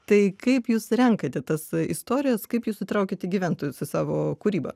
tai kaip jūs renkate tas istorijas kaip jūs įtraukiate gyventojus į savo kūrybą